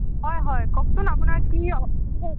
হয় হয় কওকচোন আপোনাৰ কি অসুবিধা হৈছে